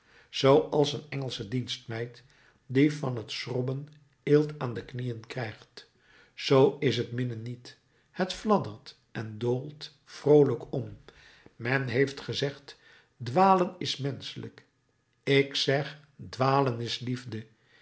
zooals een engelsche dienstmeid die van het schrobben eelt aan de knieën krijgt zoo is het minnen niet het fladdert en doolt vroolijk om men heeft gezegd dwalen is menschelijk ik zeg dwalen is liefde